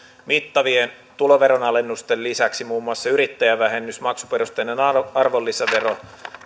mittavien tuloveron alennusten lisäksi muun muassa yrittäjävähennys maksuperusteinen arvonlisävero